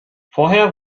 vorher